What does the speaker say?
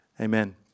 Amen